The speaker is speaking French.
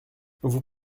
vous